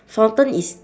fountain is